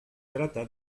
trata